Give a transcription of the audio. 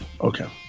okay